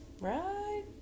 Right